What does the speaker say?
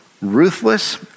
ruthless